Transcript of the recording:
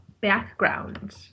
background